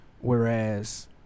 whereas